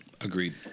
agreed